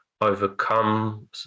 overcome